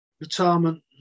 Retirement